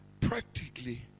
practically